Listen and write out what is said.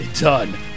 done